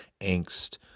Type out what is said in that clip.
angst